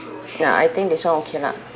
ya I think this [one] okay lah